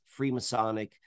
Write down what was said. Freemasonic